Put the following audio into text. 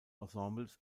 ensembles